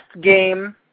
game